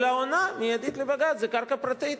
אלא עונה מיידית לבג"ץ שזאת קרקע פרטית.